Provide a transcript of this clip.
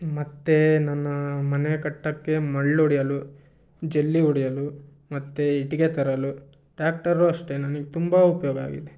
ಮತ್ತು ನನ್ನ ಮನೆ ಕಟ್ಟೋಕ್ಕೆ ಮರ್ಳೊಡೆಯಲು ಜೆಲ್ಲಿ ಹೊಡೆಯಲು ಮತ್ತು ಇಟ್ಟಿಗೆ ತರಲು ಟ್ಯಾಕ್ಟರು ಅಷ್ಟೇ ನನಗೆ ತುಂಬ ಉಪಯೋಗ ಆಗಿದೆ